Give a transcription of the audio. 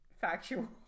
factual